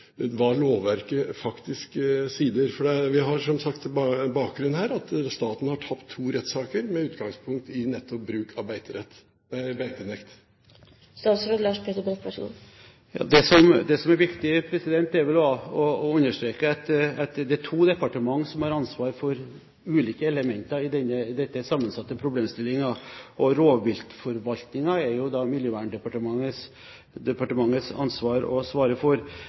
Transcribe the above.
hva lovverket faktisk sier? Vi har som sagt som bakgrunn her at staten har tapt to rettssaker, med utgangspunkt nettopp i bruk av beitenekt. Det som er viktig, er vel å understreke at det er to departementer som har ansvaret for ulike elementer i denne sammensatte problemstillingen. Rovviltforvaltningen er det jo Miljøverndepartementets ansvar å svare for. Når det gjelder Mattilsynet, som er mitt ansvar å svare for,